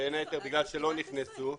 בין היתר בגלל שלא נכנסו.